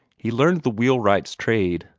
he learned the wheelwright's trade,